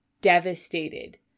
devastated